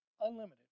Unlimited